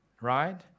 Right